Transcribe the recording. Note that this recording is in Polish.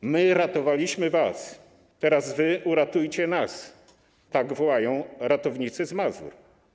my ratowaliśmy was, teraz wy uratujcie nas - tak wołają ratownicy z Mazur.